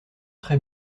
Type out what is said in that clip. très